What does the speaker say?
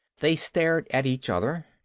they stared at each other.